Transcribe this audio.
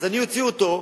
אז אני אוציא אותו,